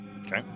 Okay